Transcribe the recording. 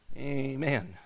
Amen